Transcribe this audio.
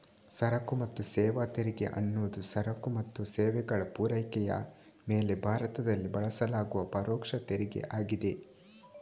ಸರಕು ಮತ್ತು ಸೇವಾ ತೆರಿಗೆ ಅನ್ನುದು ಸರಕು ಮತ್ತು ಸೇವೆಗಳ ಪೂರೈಕೆಯ ಮೇಲೆ ಭಾರತದಲ್ಲಿ ಬಳಸಲಾಗುವ ಪರೋಕ್ಷ ತೆರಿಗೆ ಆಗಿದೆ